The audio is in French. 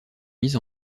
mise